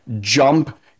jump